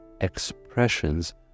expressions